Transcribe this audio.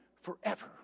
forever